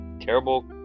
terrible